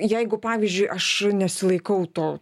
jeigu pavyzdžiui aš nesilaikau to